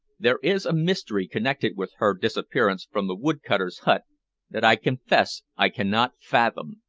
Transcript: there is a mystery connected with her disappearance from the wood-cutter's hut that i confess i cannot fathom.